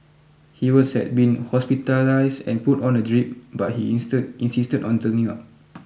he was had been hospitalised and put on a drip but he insisted on turning up